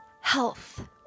health